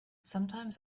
sometimes